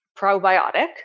probiotic